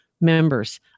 members